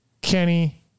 Kenny